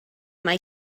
mae